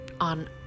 on